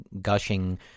gushing